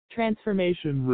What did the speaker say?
Transformation